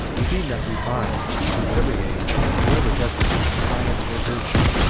we need not repine since every age, however destitute of science or virtue,